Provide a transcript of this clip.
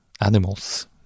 animals